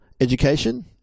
education